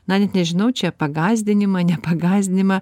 na net nežinau čia pagąsdinimą nepagąsdinimą